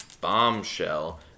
bombshell